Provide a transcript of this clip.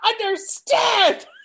understand